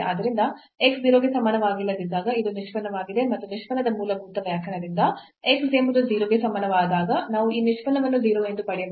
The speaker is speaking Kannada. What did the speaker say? ಆದ್ದರಿಂದ x 0 ಗೆ ಸಮಾನವಾಗಿಲ್ಲದಿದ್ದಾಗ ಇದು ನಿಷ್ಪನ್ನವಾಗಿದೆ ಮತ್ತು ನಿಷ್ಪನ್ನದ ಮೂಲಭೂತ ವ್ಯಾಖ್ಯಾನದಿಂದ x ಎಂಬುದು 0 ಗೆ ಸಮಾನವಾದಾಗ ನಾವು ಈ ನಿಷ್ಪನ್ನವನ್ನು 0 ಎಂದು ಪಡೆಯಬಹುದು